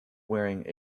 wearing